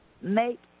make